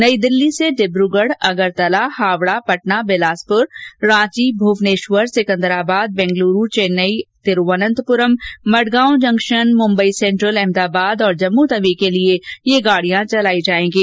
नई दिल्ली से Dibrugarh Agartala Howrah Patna Bilaspur Ranchi Bhubaneswar Secunderabad Bengaluru Chennai Thiruvananthapuram Madgaon junction Mumbai central Ahmedabad और जम्मूतवी के लिए ये गाड़ियां चलाई जाएंगी